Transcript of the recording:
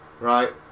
Right